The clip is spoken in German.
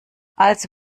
also